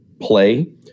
Play